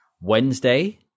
Wednesday